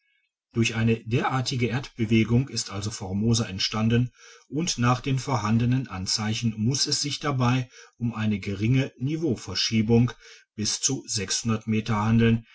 durch eine derartige erdbewegung ist also formosa entstanden und nach den vorhandenen anzeichen muss es sich dabei um eine geringe niveauverschiebnng bis zu meter handeln